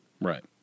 Right